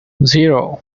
zero